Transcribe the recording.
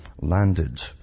landed